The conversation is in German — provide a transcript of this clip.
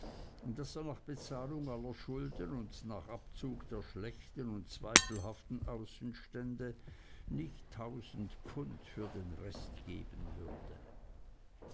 daß er nach bezahlung aller schulden und nach abzug der schlechten und zweifelhaften außenstände nicht tausend pfund für den rest geben würde